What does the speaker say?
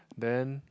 then